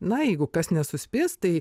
na jeigu kas nesuspės tai